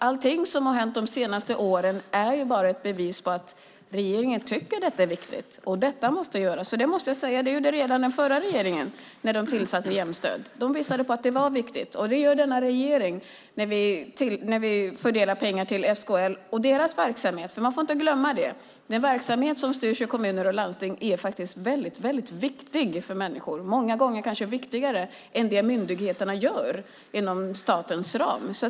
Allting som har hänt under de senaste åren är bara ett bevis på att regeringen tycker att detta är viktigt och att detta måste göras. Det gjorde redan den förra regeringen när de tillsatte Jämstöd; det måste jag säga. De visade på att detta är viktigt. Det gör också denna regering när vi fördelar pengar till SKL och deras verksamhet. Man får inte glömma att den verksamhet som styrs via kommuner och landsting är väldigt viktig för människor - många gånger kanske viktigare än det myndigheterna gör inom statens ram.